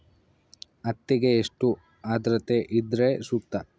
ಹತ್ತಿಗೆ ಎಷ್ಟು ಆದ್ರತೆ ಇದ್ರೆ ಸೂಕ್ತ?